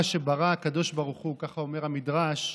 כך אומר המדרש: